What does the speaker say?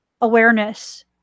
awareness